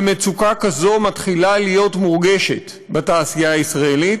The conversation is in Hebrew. ומצוקה כזאת מתחילה להיות מורגשת בתעשייה הישראלית.